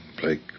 Blake